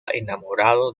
enamorado